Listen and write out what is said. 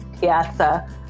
Piazza